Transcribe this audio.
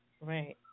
Right